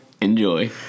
Enjoy